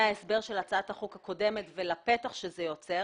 ההסבר של הצעת החוק הקודמת ולפתח שזה יוצר.